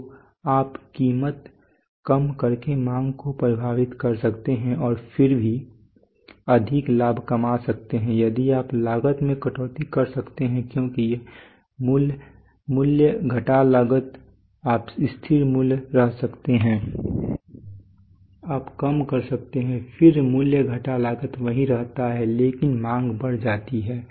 तो आप कीमत कम करके मांग को प्रभावित कर सकते हैं और फिर भी अधिक लाभ कमा सकते हैं यदि आप लागत में कटौती कर सकते हैं क्योंकि मूल्य घटा लागत आप स्थिर मूल्य रह सकते हैं आप कम कर सकते हैं फिर मूल्य घटा लागत वही रहता है लेकिन मांग बढ़ जाती है